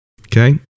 Okay